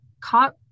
caught